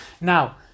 Now